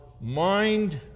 mind